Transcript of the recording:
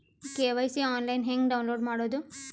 KYC online ಹೆಂಗ್ download ಮಾಡೋದು?